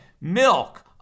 Milk